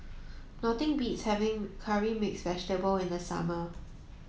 nothing beats having curry mixed vegetable in the summer